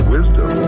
Wisdom